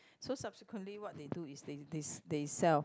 so subsequently what they do is they they they sell